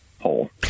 hole